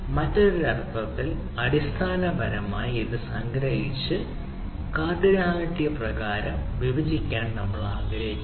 മറ്റൊരു അർത്ഥത്തിൽ അടിസ്ഥാനപരമായി ഇത് സംഗ്രഹിച്ച് കാർഡിനാലിറ്റി പ്രകാരം വിഭജിക്കാൻ നമ്മൾ ആഗ്രഹിക്കുന്നു